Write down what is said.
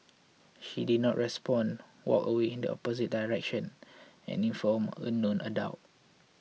she did not respond walked away in the opposite direction and informed a known adult